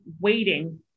waiting